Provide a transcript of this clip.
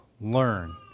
learn